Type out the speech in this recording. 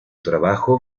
trabajo